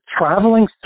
traveling